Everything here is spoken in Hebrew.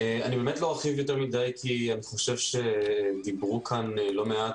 אני באמת לא ארחיב יותר מדי כי אני חושב שדיברו כאן לא מעט